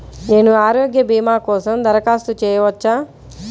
నేను ఆరోగ్య భీమా కోసం దరఖాస్తు చేయవచ్చా?